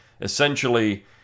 essentially